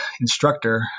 instructor